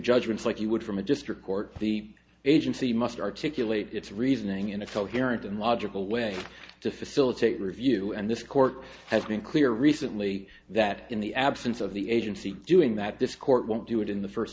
judgments like you would from a district court the agency must articulate its reasoning in a coherent and logical way to facilitate review and this court has been clear recently that in the absence of the agency doing that this court won't do it in the first